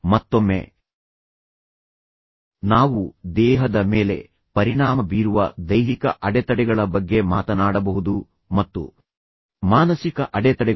ಮತ್ತೊಮ್ಮೆ ಜನರಿಗೆ ಸಂಬಂಧಿಸಿದ ಅಡೆತಡೆಗಳಿಗೆ ಸಂಬಂಧಿಸಿದಂತೆ ನಾವು ದೇಹದ ಮೇಲೆ ಪರಿಣಾಮ ಬೀರುವ ದೈಹಿಕ ಅಡೆತಡೆಗಳ ಬಗ್ಗೆ ಮಾತನಾಡಬಹುದು ಮತ್ತು ಮಾನಸಿಕ ಅಡೆತಡೆಗಳು